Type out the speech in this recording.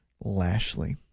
Lashley